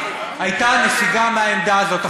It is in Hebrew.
הייתה נסיגה מהעמדה הזאת.